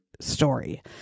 story